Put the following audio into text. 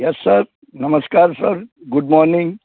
yes sir નમસ્કાર sir good morning